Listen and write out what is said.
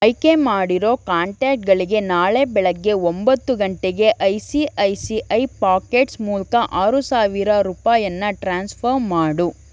ಆಯ್ಕೆ ಮಾಡಿರೋ ಕಾಂಟ್ಯಾಕ್ಟ್ಗಳಿಗೆ ನಾಳೆ ಬೆಳಗ್ಗೆ ಒಂಬತ್ತು ಗಂಟೆಗೆ I C I C I pockets ಮೂಲಕ ಆರು ಸಾವಿರ ರೂಪಾಯಿಯನ್ನು ಟ್ರಾನ್ಸ್ಫರ್ ಮಾಡು